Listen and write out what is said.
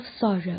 sorrow